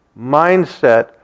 mindset